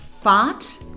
fart